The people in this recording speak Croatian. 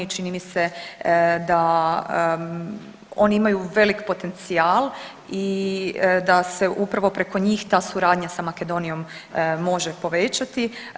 Čini mi se da oni imaju veliki potencijal i da se upravo preko njih ta suradnja sa Makedonijom može povećati.